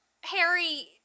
Harry